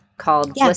Called